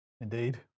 Indeed